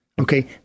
Okay